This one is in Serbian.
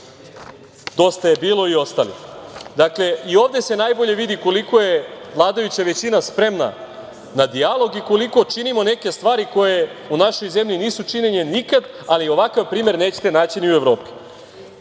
"Dosta je bilo" i ostali. Dakle i ovde se najbolje vidi koliko je vladajuća većina spremna na dijalog i koliko činimo neke stvari koje u našoj zemlji nisu činjene nikad, ali ovakav primer nećete naći ni u Evropi.Za